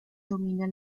domina